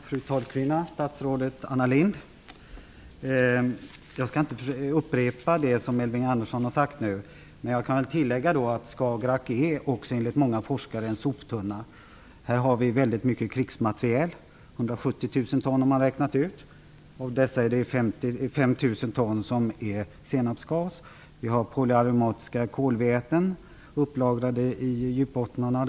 Fru talman! Statsrådet Anna Lindh! Jag skall inte upprepa det Elving Andersson har sagt, men jag kan tillägga att Skagerrak enligt många forskare är en soptunna. Där finns väldigt mycket krigsmateriel. Man har räknat ut att det är 170 000 ton. Av det är 5 000 ton senapsgas. Det finns polyaromatiska kolväten lagrade i djupbottnarna.